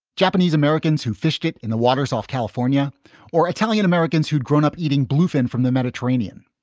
japanese americans who fished it in the waters off california or italian americans who'd grown up eating bluefin from the mediterranean.